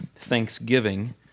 thanksgiving